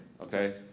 Okay